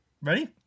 Ready